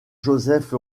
joseph